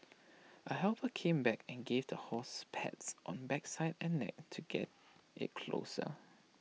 A helper came back and gave the horse pats on backside and neck to get IT closer